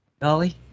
Dolly